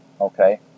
Okay